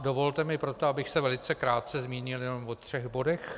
Dovolte mi proto, abych se velice krátce zmínil jenom o třech bodech.